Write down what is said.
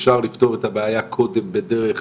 אפשר לפתור את הבעיה קודם בדרך